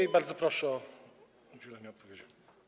I bardzo proszę o udzielenie odpowiedzi.